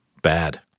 bad